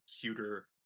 cuter